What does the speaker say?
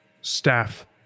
staff